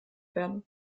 werden